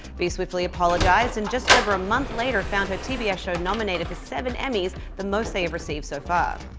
bee swiftly apologized and just over a month later found her tbs yeah show nominated for seven emmys, the most they have received so far.